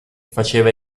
faceva